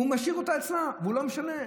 הוא משאיר אותה אצלו, והוא לא משנה,